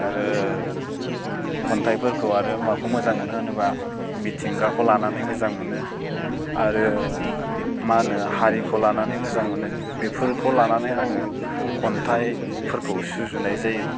आरो खन्थाइफोरखौ आरो माखौ मोजां मोनो होनोबा मिथिंगाखौ लानानै मोजां मोनो आरो मा होनो हारिखौ लानानै मोजां मोनो बेफोरखौ लानानै आङो खन्थाइफोरखौ सुजुनाय जायो